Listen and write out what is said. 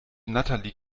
natalie